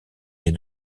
les